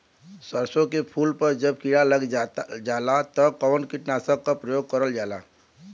सरसो के फूल पर जब किड़ा लग जाला त कवन कीटनाशक क प्रयोग करल जाला?